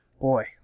Boy